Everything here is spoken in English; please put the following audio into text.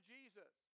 Jesus